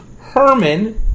Herman